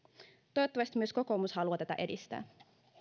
toivottavasti myös kokoomus haluaa tätä edistää